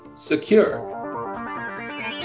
Secure